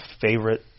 favorite